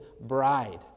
bride